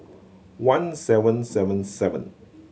one seven seven seven